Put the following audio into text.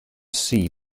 see